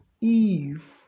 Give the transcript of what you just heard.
Eve